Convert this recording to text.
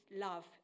love